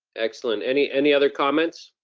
excellent any any other comments?